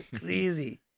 crazy